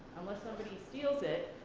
unless somebody steals it,